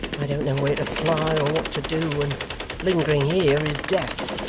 i don't know where to fly or what to do, and lingering here, is death.